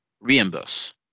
reimburse